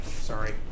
sorry